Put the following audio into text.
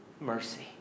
Mercy